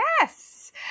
yes